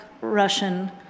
Russian